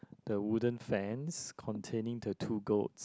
the wooden fence containing the two goats